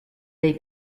dei